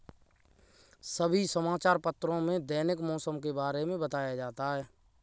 सभी समाचार पत्रों में दैनिक मौसम के बारे में बताया जाता है